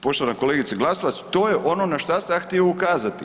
Poštovana kolegice Glasovac to je ono na šta sam ja htio ukazati.